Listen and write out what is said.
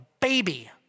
baby